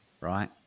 right